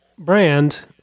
brand